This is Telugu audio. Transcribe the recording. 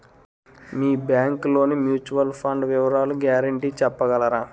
మీ బ్యాంక్ లోని మ్యూచువల్ ఫండ్ వివరాల గ్యారంటీ చెప్పగలరా?